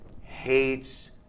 hates